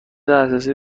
دسترسی